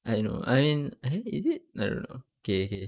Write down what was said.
I don't know I and ah eh is it I don't know okay okay